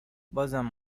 بازم